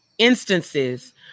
instances